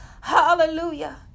Hallelujah